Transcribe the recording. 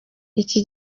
iki